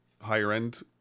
higher-end